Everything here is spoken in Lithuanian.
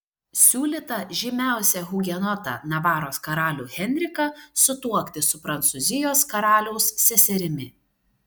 siūlyta žymiausią hugenotą navaros karalių henriką sutuokti su prancūzijos karaliaus seserimi